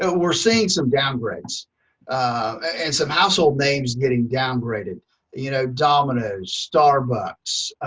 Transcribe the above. and we're seeing some down grades and some household names getting downgraded you know, domino's, starbucks,